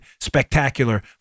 spectacular